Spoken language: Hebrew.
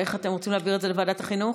אתם רוצים להעביר את זה לוועדת החינוך?